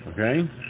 okay